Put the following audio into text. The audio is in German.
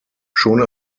schon